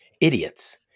idiots